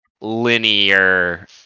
linear